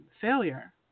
failure